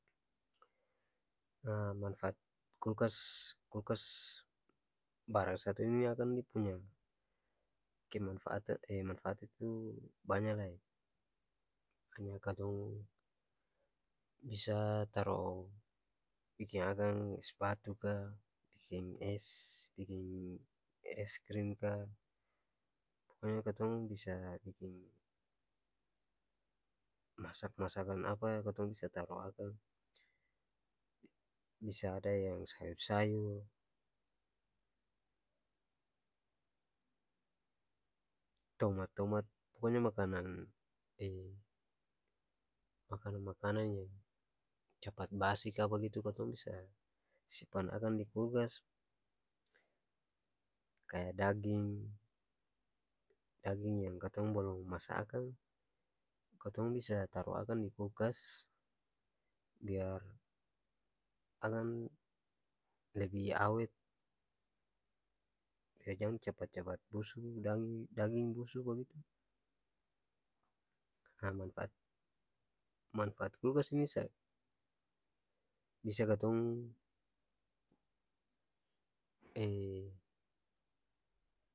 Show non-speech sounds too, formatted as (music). Ha manfaat kulkas kulkas-barang satu ini akang dia punya kemanfaat (hesitation) manfaat itu banya lai hanya katong bisa taro biking akang es batu ka biking es biking es krim ka poko nya katong bisa biking masak-masakan apa katong bisa taro akang bisa ada yang sayur-sayur, tomat-tomat poko nya makanan (hesitation) makanan-makanan yang capat basi ka bagitu katong bisa simpan akang di kulkas kaya daging, daging yang katong balong masa akang katong bisa taro akang di kulkas biar akang lebi awet biar jang capat-capat busu dagi daging-busu bagitu ha manpaat manpaat-kulkas ini sa bisa katong. (hesitation)